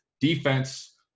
defense